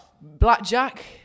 Blackjack